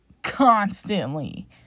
constantly